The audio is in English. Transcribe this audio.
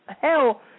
hell